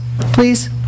Please